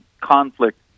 conflict